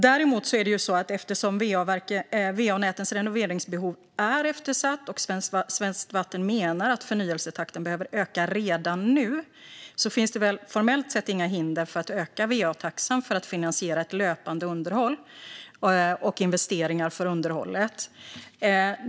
Däremot är det så att eftersom va-nätens renoveringsbehov är eftersatt och Svenskt Vatten menar att förnyelsetakten behöver öka redan nu finns det formellt sett inga hinder för att öka va-taxan för att finansiera ett löpande underhåll och investeringar för underhållet.